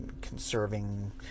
conserving